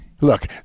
look